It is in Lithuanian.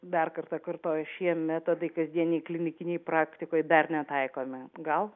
dar kartą kartoju šie metodai kasdienėj klinikinėj praktikoj dar netaikome gal